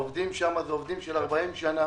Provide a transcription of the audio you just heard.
העובדים הם עובדים במשך 40 שנים.